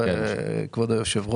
כבוד היושב ראש,